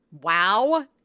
Wow